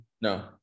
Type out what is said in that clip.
No